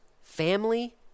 family